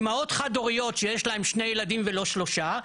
אימהות חד הוריות שיש להן שני ילדים ולא שלושה,